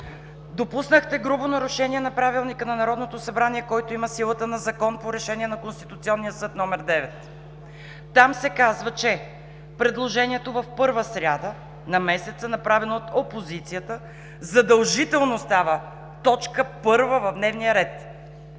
Допуснахте грубо нарушение на Правилника на Народното събрание, който има силата на Закон по решение на Конституционния съд № 9. Там се казва, че: „Предложението в първа сряда на месеца, направено от опозицията, задължително става точка първа в дневния ред“.